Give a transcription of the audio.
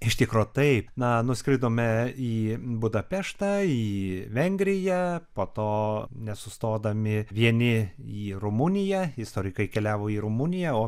iš tikro taip na nuskridome į budapeštą į vengriją po to nesustodami vieni į rumuniją istorikai keliavo į rumuniją o